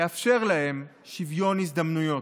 לאפשר להם שוויון הזדמנויות.